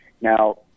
Now